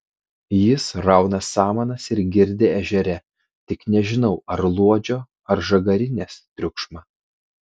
jis rauna samanas ir girdi ežere tik nežinau ar luodžio ar žagarinės triukšmą